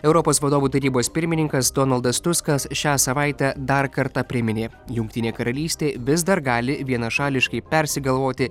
europos vadovų tarybos pirmininkas donaldas tuskas šią savaitę dar kartą priminė jungtinė karalystė vis dar gali vienašališkai persigalvoti